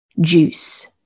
juice